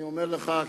אני אומר לך,